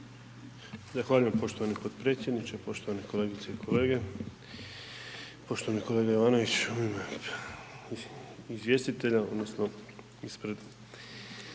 Zahvaljujem poštovani potpredsjedniče, poštovane kolegice i kolege. Poštovani kolega Jovanovnić .../Govornik se ne razumije./...